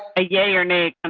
ah yeah, you're nate and